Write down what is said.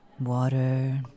water